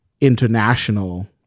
international